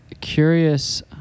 curious